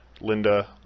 Linda